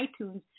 iTunes